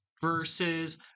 versus